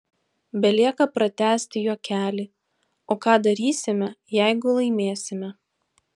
belieka pratęsti juokelį o ką darysime jeigu laimėsime